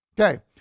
Okay